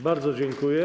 Bardzo dziękuję.